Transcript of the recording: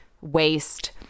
waste